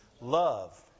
Love